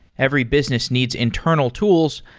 every business needs internal tools,